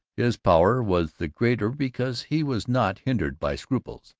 his power was the greater because he was not hindered by scruples,